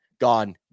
gone